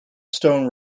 stone